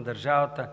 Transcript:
държава